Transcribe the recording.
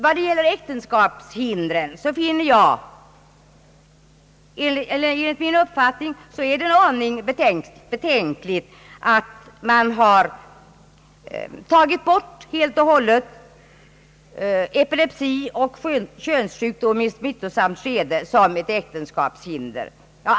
I fråga om äktenskapshindren är det enligt min uppfattning en aning betänkligt att man helt och hållet har tagit bort epilepsi och könssjukdom i smittosamt skede som äktenskapshinder.